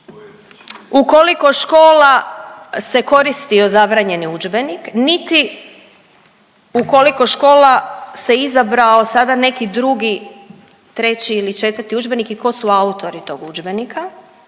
koliko škola se koristio zabranjeni udžbenik niti u koliko škola se izabrao sada neki drugi, treći ili četvrti udžbenik i tko su autori tog udžbenika